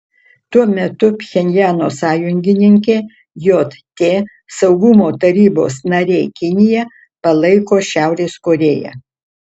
tuo metu pchenjano sąjungininkė jt saugumo tarybos narė kinija palaiko šiaurės korėją